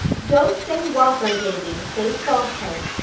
don't say whopper, davy. say falsehood,